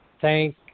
thank